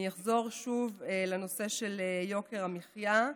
אני אחזור שוב לנושא של יוקר המחיה,